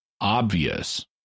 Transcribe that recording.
obvious